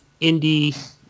indie